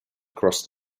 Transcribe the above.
across